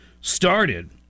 started